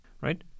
right